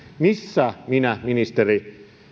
missä minä ministeri